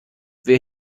wer